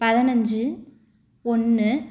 பதினைஞ்சி ஒன்று